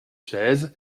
chaise